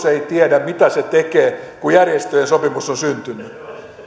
ei tiedä mitä se tekee kun järjestöjen sopimus on syntynyt